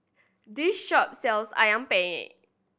this shop sells Ayam Penyet